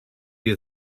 you